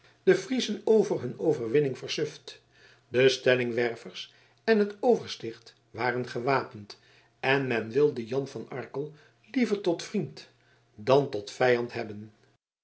de friezen over hun overwinning versuft de stellingwervers en het oversticht waren gewapend en men wilde jan van arkel liever tot vriend dan tot vijand hebben